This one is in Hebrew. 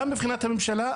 גם מבחינת הממשלה,